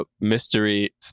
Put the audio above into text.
mystery